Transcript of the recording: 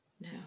No